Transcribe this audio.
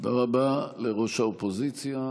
תודה רבה לראש האופוזיציה.